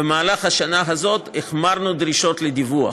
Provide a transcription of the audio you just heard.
במהלך השנה ההיא החמרנו את הדרישות לדיווח.